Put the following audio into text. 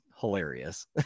hilarious